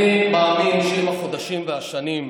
אני מאמין שעם החודשים והשנים,